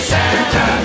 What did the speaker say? Santa